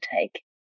take